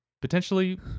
Potentially